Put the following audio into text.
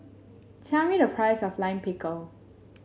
tell me the price of Lime Pickle